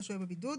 בבידוד: